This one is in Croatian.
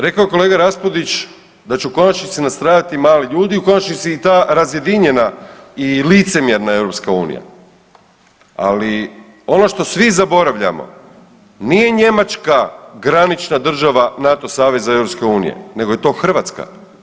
Rekao je kolega Raspudić da će u konačnici nastradati mali ljudi i u konačnici i ta razjedinjena i licemjerna EU, ali ono što svi zaboravljamo nije Njemačka granična država NATO saveza i EU nego je to Hrvatska.